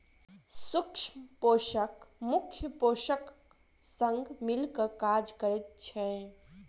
सूक्ष्म पोषक मुख्य पोषकक संग मिल क काज करैत छै